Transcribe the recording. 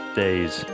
days